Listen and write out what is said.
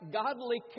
godly